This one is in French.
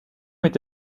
est